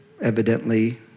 evidently